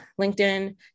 LinkedIn